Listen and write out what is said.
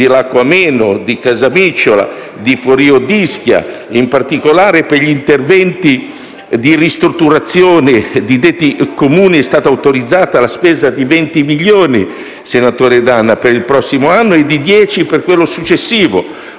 di Lacco Ameno, Casamicciola e Forio d'Ischia. In particolare, per gli interventi di ristrutturazione di detti Comuni è stata autorizzata la spesa di 20 milioni, senatore D'Anna, per il prossimo anno e di 10 milioni per quello successivo.